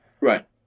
Right